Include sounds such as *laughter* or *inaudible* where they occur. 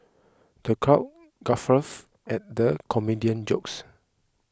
the crowd *unintelligible* at the comedian's jokes